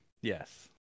Yes